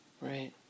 Right